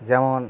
যেমন